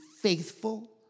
faithful